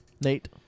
Nate